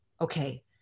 okay